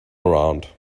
around